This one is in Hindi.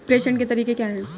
प्रेषण के तरीके क्या हैं?